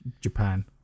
Japan